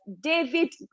david